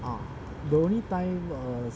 a lonely time another at a french home